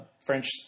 French